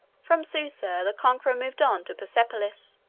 from susa the conqueror moved on to persepolis,